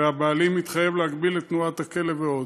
הבעלים התחייב להגביל את תנועת הכלב ועוד.